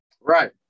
Right